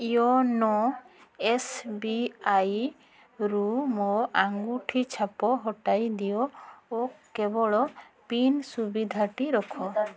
YONO ଏସ୍ବିଆଇରୁ ମୋ ଆଙ୍ଗୁଠି ଛାପ ହଟାଇ ଦିଅ ଓ କେବଳ ପିନ୍ ସୁବିଧାଟି ରଖ